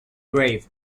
grave